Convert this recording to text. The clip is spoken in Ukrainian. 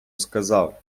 сказав